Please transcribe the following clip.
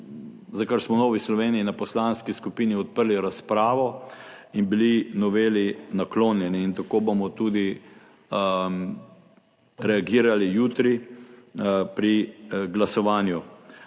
za kar smo v Novi Sloveniji na poslanski skupini odprli razpravo in bili noveli naklonjeni in tako bomo reagirali tudi jutri pri glasovanju.